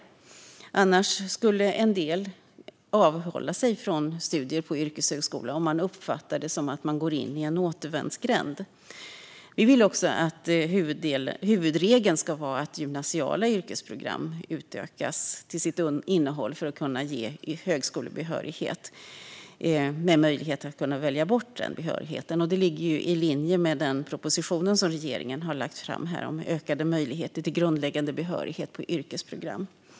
Annars skulle en del avhålla sig från studier på yrkeshögskola, om de uppfattar det som att de går in i en återvändsgränd. Vi vill också att huvudregeln ska vara att gymnasiala yrkesprogram utökas till sitt innehåll för att kunna ge högskolebehörighet, med möjlighet att välja bort behörigheten. Detta ligger i linje med den proposition som regeringen har lagt fram om ökade möjligheter till grundläggande behörighet på yrkesprogram.